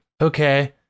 Okay